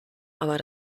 aber